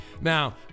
Now